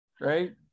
Right